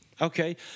Okay